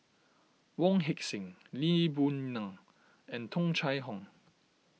Wong Heck Sing Lee Boon Ngan and Tung Chye Hong